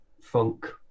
funk